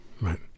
Right